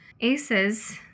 ACEs